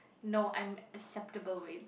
no I'm acceptable weight